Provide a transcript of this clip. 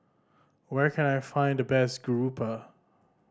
where can I find the best garoupa